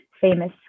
famous